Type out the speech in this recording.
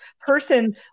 person